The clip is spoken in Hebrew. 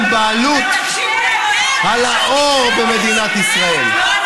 היועץ המשפטי לממשלה,